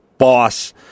Boss